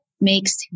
makes